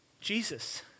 Jesus